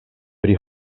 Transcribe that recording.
pri